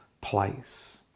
place